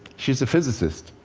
she's a physicist,